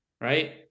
right